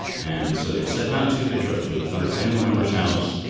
and so they decide not to. they drove to another family member's house.